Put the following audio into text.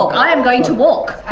i am going to walk,